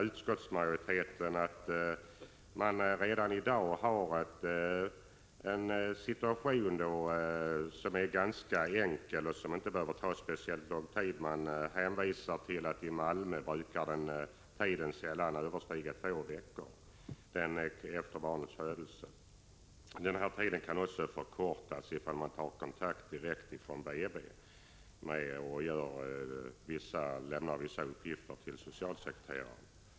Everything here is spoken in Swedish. Utskottsmajoriteten menar att man redan i dag har en rutin som är ganska enkel och inte behöver ta speciellt lång tid. Man hänvisar till att tiden i Malmö sällan brukar överstiga två veckor efter barnets födelse och att tiden kan förkortas ifall man tar kontakt direkt från BB och lämnar vissa uppgifter till socialsekreteraren.